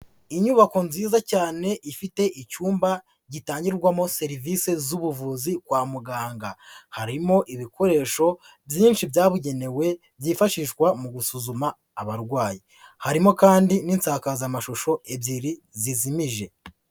Inyubako nziza cyane ifite icyumba gitangirwamo serivisi z'ubuvuzi kwa muganga, harimo ibikoresho byinshi byabugenewe, byifashishwa mu gusuzuma abarwayi. Harimo kandi n'insakazamashusho ebyiri zizimije.